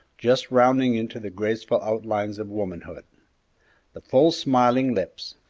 just rounding into the graceful outlines of womanhood the full, smiling lips,